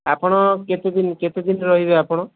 ଆପଣ କେତେ ଦିନ କେତେ ଦିନ ରହିବେ ଆପଣ